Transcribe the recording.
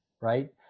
right